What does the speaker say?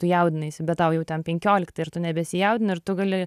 tu jaudinaisi bet tau jau ten penkiolikta ir tu nebesijaudini ir tu gali